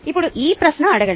ఇప్పుడు ఈ ప్రశ్న అడగండి